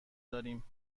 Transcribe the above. داریم